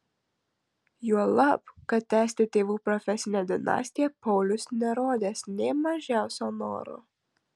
juolab kad tęsti tėvų profesinę dinastiją paulius nerodęs nė mažiausio noro